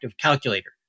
Calculator